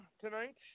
tonight